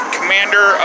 Commander